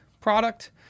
product